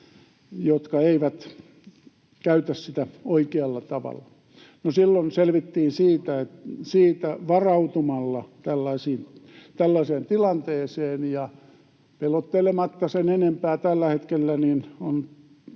jotka eivät käytä sitä oikealla tavalla. No silloin selvittiin siitä varautumalla tällaiseen tilanteeseen, ja pelottelematta sen enempää tällä hetkellä on